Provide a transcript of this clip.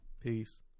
Peace